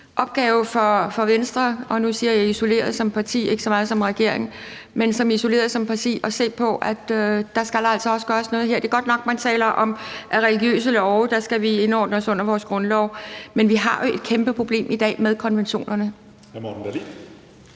opgave for Venstre – og nu siger jeg isoleret set som parti, ikke så meget som i regering – at se på, at der altså også skal gøres noget her? Det er godt nok, at man taler om, at i forhold til religiøse love skal man indordne sig under vores grundlov. Men vi har et kæmpe problem i dag med konventionerne.